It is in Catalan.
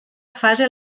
fase